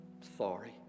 Sorry